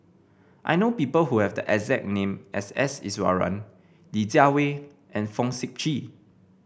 I know people who have the exact name as S Iswaran Li Jiawei and Fong Sip Chee